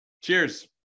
Cheers